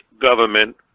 government